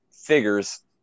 figures